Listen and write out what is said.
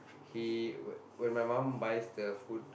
he when my mum buys the food